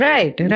Right